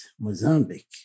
Mozambique